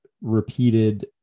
repeated